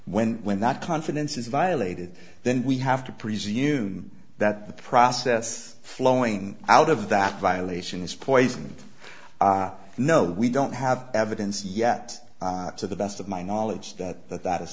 when when that confidence is violated then we have to presume that the process flowing out of that violation is poisoning no we don't have evidence yet to the best of my knowledge that that that